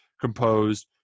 composed